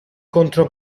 contro